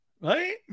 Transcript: Right